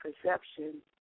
perception